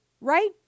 right